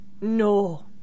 No